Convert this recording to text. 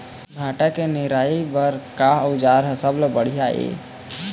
भांटा के निराई बर का औजार सबले बढ़िया ये?